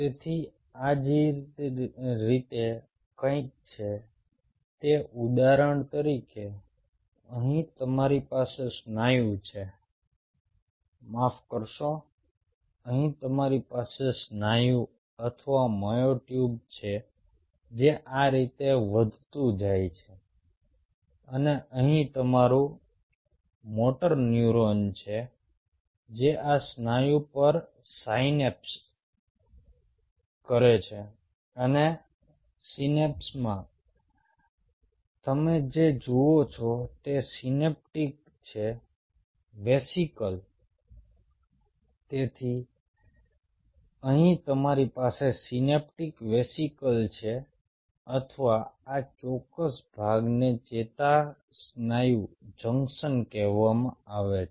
તેથી આ જે રીતે કંઈક છે તે ઉદાહરણ તરીકે અહીં તમારી પાસે સ્નાયુ છે માફ કરશો અહીં તમારી પાસે સ્નાયુ અથવા મ્યોટ્યુબ છે જે આ રીતે વધતું જાય છે અને અહીં તમારું મોટર ન્યુરોન જે આ સ્નાયુ પર સાયનેપ્સ કરે છે અને સિનેપ્સમાં તમે જે જુઓ છો તે સિનેપ્ટિક છે વેસિકલ તેથી અહીં તમારી પાસે સિનેપ્ટિક વેસિકલ્સ છે અથવા આ ચોક્કસ ભાગને ચેતાસ્નાયુ જંકશન કહેવામાં આવે છે